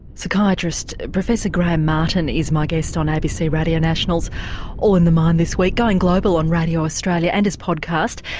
psychiatrist professor graham martin is my guest on abc radio national's all in the mind this week, going global on radio australia and as podcast.